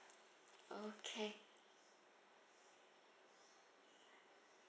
okay